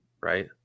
right